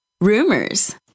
rumors